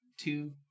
two